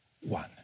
one